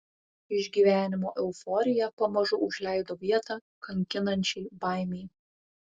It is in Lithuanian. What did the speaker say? išgyvenimo euforija pamažu užleido vietą kankinančiai baimei